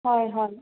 হয় হয়